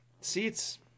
seats